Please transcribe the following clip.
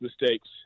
mistakes